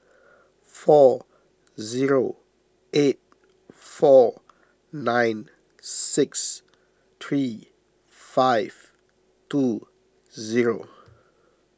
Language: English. four zero eight four nine six three five two zero